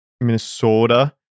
Minnesota